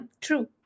true